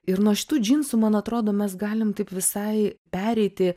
ir nuo šitų džinsų man atrodo mes galim taip visai pereiti